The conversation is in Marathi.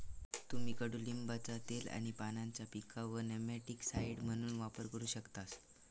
तुम्ही कडुलिंबाचा तेल आणि पानांचा पिकांवर नेमॅटिकसाइड म्हणून वापर करू शकतास